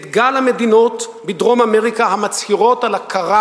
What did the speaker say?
את גל המדינות בדרום-אמריקה המצהירות על הכרה